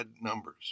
numbers